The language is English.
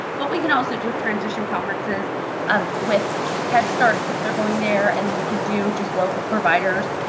but we can also do transition conferences um with head starts if they're going there, and then we can do just local providers.